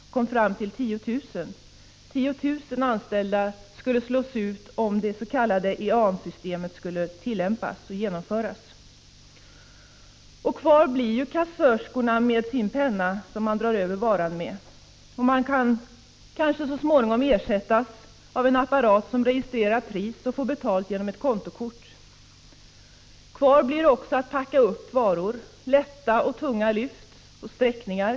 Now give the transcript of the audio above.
Man kom fram till att 10 000 anställda skulle slås ut om det s.k. EAN systemet genomfördes. Kvar blir då kassörskorna som med sin penna avläser varan. Så småningom kanske människan ersätts av en apparat som registrerar priset. Betalning sker med kontokort. Vad som återstår är att packa upp varor — dvs. lätta eller tunga lyft samt sträckningar.